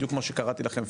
בדיוק כמו שקראתי לכם,